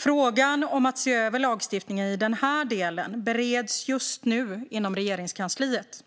Frågan om att se över lagstiftningen i den här delen bereds just nu inom Regeringskansliet.